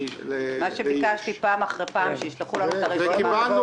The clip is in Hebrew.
--- מה שביקשתי פעם אחרי פעם שישלחו לנו סוף סוף.